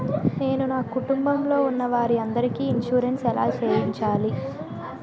నేను నా కుటుంబం లొ ఉన్న వారి అందరికి ఇన్సురెన్స్ ఎలా చేయించాలి?